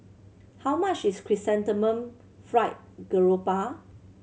how much is Chrysanthemum Fried Garoupa